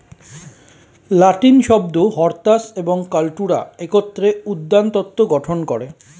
লাতিন শব্দ হরটাস এবং কাল্টুরা একত্রে উদ্যানতত্ত্ব গঠন করে